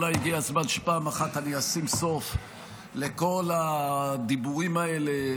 אולי הגיע הזמן שפעם אחת אני אשים סוף לכל הדיבורים האלה,